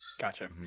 Gotcha